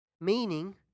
Meaning